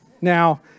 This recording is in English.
Now